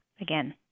again